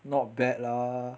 not bad lah